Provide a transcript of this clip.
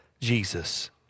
Jesus